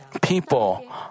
people